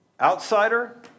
Outsider